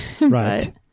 Right